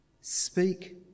Speak